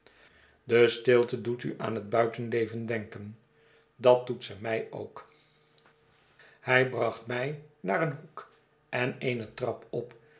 de stilte doet u aan het buitenleven denken dat doet ze mij ook groote verwachtljsfoen hij bracht mij naar een hoek en eene trap op